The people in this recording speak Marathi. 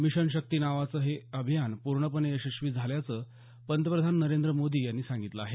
मिशन शक्ती नावाचं हे अभियान पूर्णपणे यशस्वी झाल्याचं पंतप्रधान नरेंद्र मोदी यांनी सांगितलं आहे